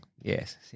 Yes